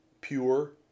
Pure